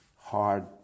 hard